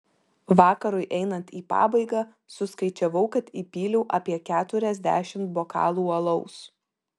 vakarui einant į pabaigą suskaičiavau kad įpyliau apie keturiasdešimt bokalų alaus